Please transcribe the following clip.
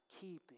keeping